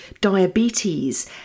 diabetes